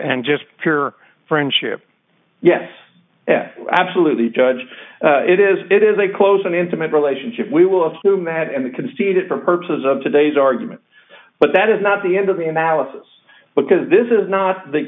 and just pure friendship yes absolutely judge it is it is a close and intimate relationship we will assume that and the conceded for purposes of today's argument but that is not the end of the analysis because this is not the